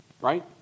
right